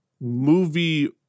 movie